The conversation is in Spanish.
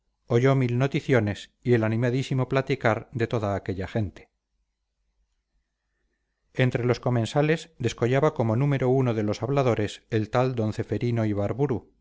oyó mil noticiones y el animadísimo platicar de toda aquella gente entre los comensales descollaba como número uno de los habladores el tal d ceferino ibarburu